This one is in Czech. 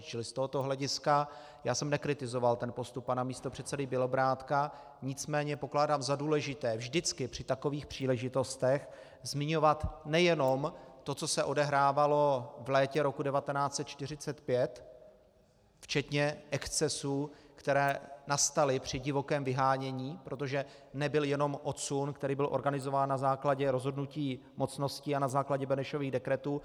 Z tohoto hlediska jsem nekritizoval postup pana místopředsedy Bělobrádka, nicméně pokládám za důležité vždycky při takových příležitostech zmiňovat nejenom to, co se odehrávalo v létě roku 1945, včetně excesů, které nastaly při divokém vyhánění, protože nebyl jenom odsun, který byl organizován na základě rozhodnutí mocností a na základě Benešových dekretů.